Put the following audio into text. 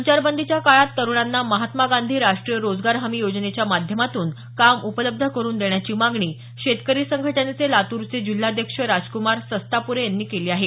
संचारबंदीच्या काळात तरुणांना महात्मा गांधी राष्ट्रीय रोजगार हमी योजनेच्या माध्यमातून काम उपलब्ध करुन देण्याची मागणी शेतकरी संघटनेचे लातूरचे जिल्हाध्यक्ष राजक्मार सस्ताप्रे यांनी केली आहे